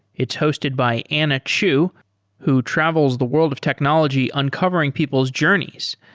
it's hosted by anna chu who travels the world of technology uncovering people's journeys,